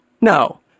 no